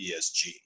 ESG